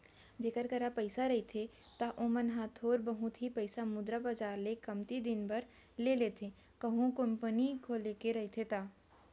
जेखर करा पइसा रहिथे त ओमन ह थोर बहुत ही पइसा मुद्रा बजार ले कमती दिन बर ले लेथे कहूं कोनो कंपनी खोले के रहिथे ता